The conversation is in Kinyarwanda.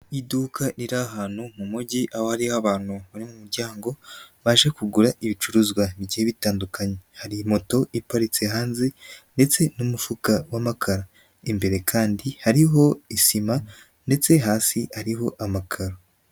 Iduka riri ahantu mu mujyi, aho hari abantu bari mu muryango baje kugura ibicuruzwa bigiye bitandukanye, hari moto iparitse hanze ndetse n'umufuka wa makara, imbere kandi hariho isima ndetse hasi hariho amakaro.